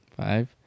Five